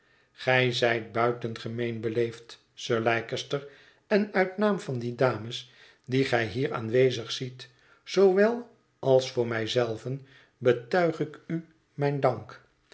gij zijt buitengemeen beleefd sir leicester en uit naam van die dames die gij hier aanwezig ziet zoowel als voor mij zelven betuig ik u mijn dank